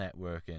networking